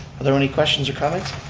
are there any questions or comments?